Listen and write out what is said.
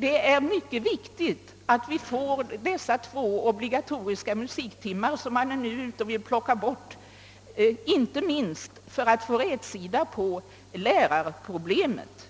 Det är mycket viktigt att vi får behålla de två obliga toriska musiktimmar som man nu vill plocka bort — det är viktigt inte minst för att få rätsida på lärarproblemet.